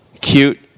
cute